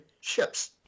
ships